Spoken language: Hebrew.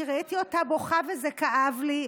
כי ראיתי אותה בוכה וזה כאב לי.